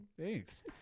Thanks